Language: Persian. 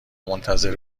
منتظر